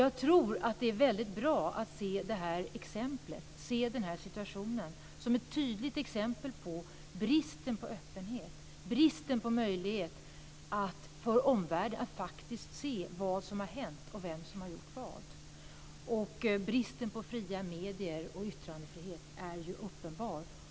Jag tror att det är bra att se den här situationen som ett tydligt exempel på bristen på öppenhet och bristen på möjlighet för omvärlden att faktiskt se vad som har hänt och vem som har gjort vad. Bristen på fria medier och bristen på yttrandefrihet är ju uppenbar.